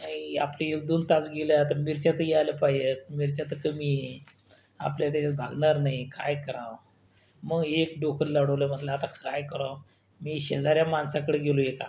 नाही आपले एकदोन तास गेले आता मिरच्या तर यायला पाहिजेत मिरच्या तर कमी आहे आपल्या तर याच्यात भागणार नाही काय करावं मग एक डोकं लढवलं म्हटलं आता काय करावं मी शेजाऱ्या माणसाकडे गेलो एका